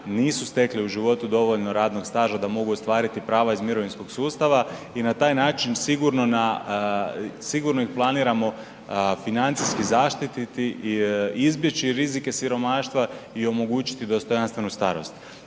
nisu stekli u životu dovoljno radnog staža da mogu ostvariti prava iz mirovinskog sustava i na taj način sigurno ih planiramo financijski zaštititi, izbjeći rizike siromaštva i omogućiti dostojanstvenu starost.